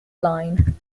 line